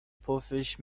پفش